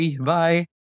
bye